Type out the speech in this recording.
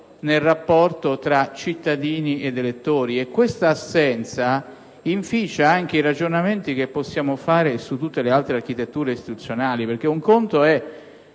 nel rapporto tra cittadini ed elettori e questa assenza inficia anche i ragionamenti che possiamo fare su tutte le altre architetture istituzionali. Un conto è